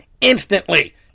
instantly